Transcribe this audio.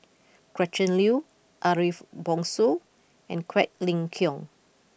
Gretchen Liu Ariff Bongso and Quek Ling Kiong